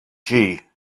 gee